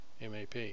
MAP